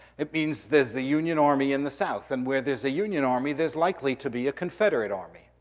it means there's the union army in the south. and where there's a union army, there's likely to be a confederate army.